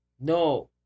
No